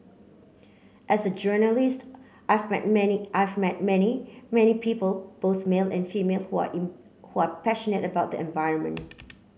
as a journalist I've met many I've met many many people both male and females were were passionate about the environment